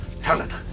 Helen